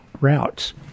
routes